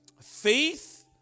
faith